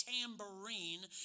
tambourine